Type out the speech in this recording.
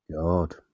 God